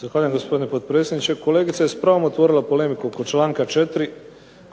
Zahvaljujem gospodine potpredsjedniče. Kolegica je s pravom otvorila polemiku oko članka 4.